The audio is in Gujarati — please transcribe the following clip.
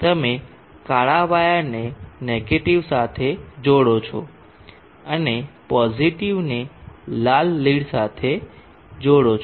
તમે કાળા વાયરને નેગેટીવ સાથે જોડો છો અને પોઝીટીવને લાલ લીડ સાથે જોડીએ છે